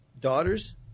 daughters